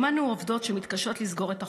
שמענו עובדות שמתקשות לסגור את החודש.